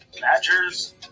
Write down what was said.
Badgers